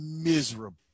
miserable